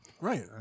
Right